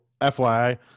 FYI